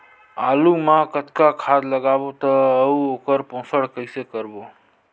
आलू मा कतना खाद लगाबो अउ ओकर पोषण कइसे करबो?